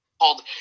called